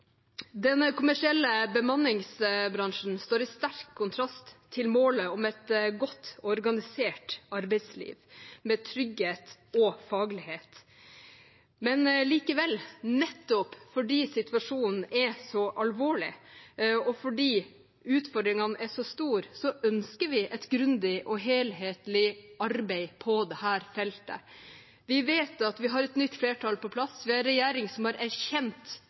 Den kommersielle bemanningsbransjen står i sterk kontrast til målet om et godt og organisert arbeidsliv med trygghet og faglighet. Likevel: Nettopp fordi situasjonen er så alvorlig og utfordringene er så store, ønsker vi et grundig og helhetlig arbeid på dette feltet. Vi vet at vi har et nytt flertall på plass. Vi har en regjering som har erkjent